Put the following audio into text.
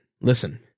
Listen